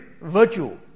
virtue